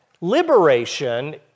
liberation